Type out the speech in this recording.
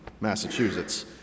Massachusetts